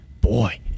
Boy